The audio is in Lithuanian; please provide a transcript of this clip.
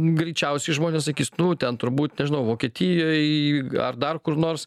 greičiausiai žmonės sakys nu ten turbūt nežinau vokietijoj ar dar kur nors